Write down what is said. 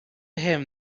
him